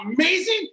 amazing